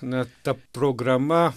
na ta programa